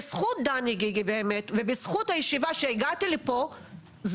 בזכות דני גיגי באמת ובזכות הישיבה שהגעתי לפה זה